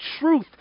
truth